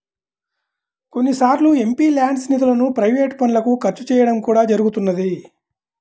కొన్నిసార్లు ఎంపీల్యాడ్స్ నిధులను ప్రైవేట్ పనులకు ఖర్చు చేయడం కూడా జరుగుతున్నది